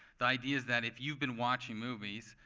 the idea is that if you've been watching movies,